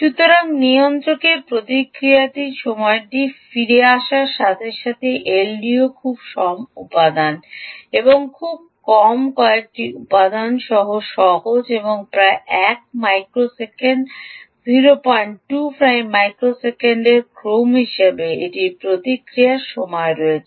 সুতরাং নিয়ন্ত্রকের প্রতিক্রিয়ার সময়টি ফিরে আসার সাথে সাথে এলডিও খুব কম উপাদান এবং খুব কম কয়েকটি উপাদান সহ সহজ এবং প্রায় এক মাইক্রোসেকেন্ডে 025 মাইক্রোসেকেন্ডের ক্রম হিসাবে এটির প্রতিক্রিয়া সময় রয়েছে